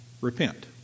Repent